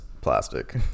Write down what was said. plastic